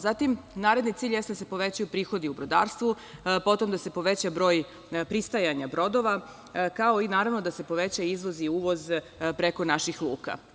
Zatim naredni cilj jeste da se povećaju prihodi u brodarstvu, potom da se poveća broj pristajanja brodova, kao i naravno da se poveća izvoz i uvoz preko naših luka.